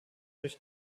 durch